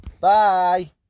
Bye